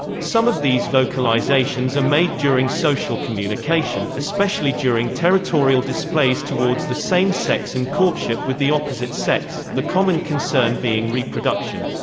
some of these vocalizations are made during social communication, especially during territorial displays towards the same sex and courtship with the opposite sex the common concern being reproduction.